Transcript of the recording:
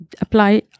apply